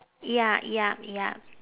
ya ya ya